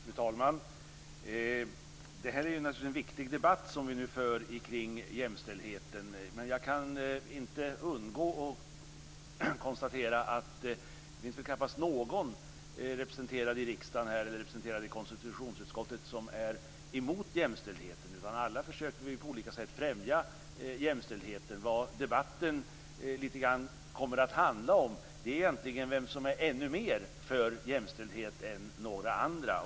Fru talman! Det är naturligtvis en viktig debatt som vi nu för kring jämställdheten. Men jag kan inte undgå att konstatera att det väl knappast finns någon representerad i riksdagen eller i konstitutionsutskottet som är emot jämställdheten, utan alla försöker vi på olika sätt främja jämställdheten. Vad debatten lite grann kommit att handla om är egentligen vem som är ännu mer för jämställdhet än några andra.